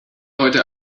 heute